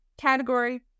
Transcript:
category